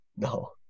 No